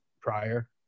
prior